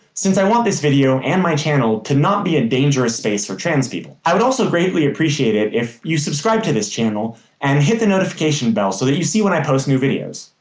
since i want this video and my channel to not be a dangerous space for trans people. i would also greatly appreciate it if you subscribed to this channel and hit the notification bell so that you see when i post new videos.